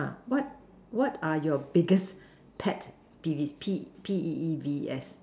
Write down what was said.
what what are your biggest pet peeves P P_E_E_V_E_S